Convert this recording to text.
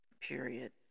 period